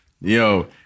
Yo